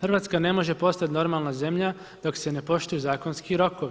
Hrvatska ne može postati normalna zemlja, dok se ne poštuju zakonski rokovi.